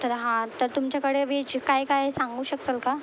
तर हां तर तुमच्याकडे वेज काय काय आहे सांगू शकसाल का